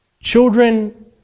Children